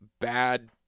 bad